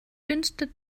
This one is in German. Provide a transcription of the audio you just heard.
dünstet